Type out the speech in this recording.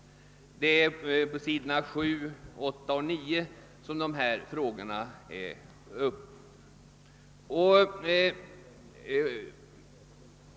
Dessa frågor redovisas på sidorna 7; 8 och 9.